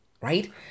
right